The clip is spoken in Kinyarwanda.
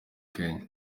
kenya